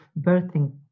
birthing